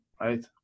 right